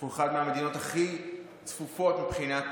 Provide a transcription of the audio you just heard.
אנחנו אחת מהמדינות הכי צפופות מבחינת